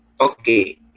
Okay